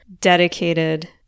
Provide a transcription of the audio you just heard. dedicated